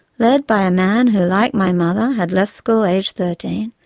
led by a man who, like my mother, had left school aged thirteen,